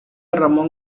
ramón